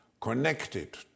connected